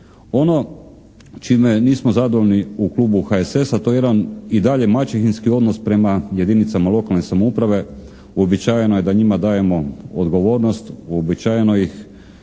Ono čime nismo zadovoljni u Klubu HSS-a to je jedan i dalje maćehinski odnos prema jedinicama lokalne samouprave. Uobičajeno je da njima dajemo odgovornost. Uobičajeno ih